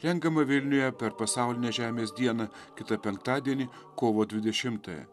renkamą vilniuje per pasaulinę žemės dieną kitą penktadienį kovo dvidešimtąją